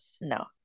No